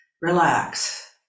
relax